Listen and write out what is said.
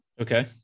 Okay